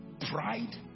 pride